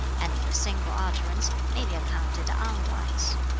and for a single utterance may be accounted unwise.